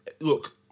Look